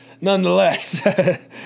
nonetheless